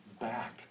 back